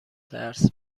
درس